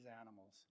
animals